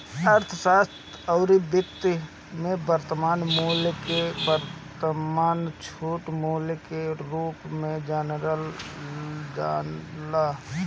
अर्थशास्त्र अउरी वित्त में वर्तमान मूल्य के वर्तमान छूट मूल्य के रूप में जानल जाला